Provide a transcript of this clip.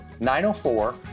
904